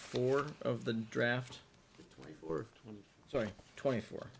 four of the draft or sorry twenty four